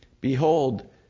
Behold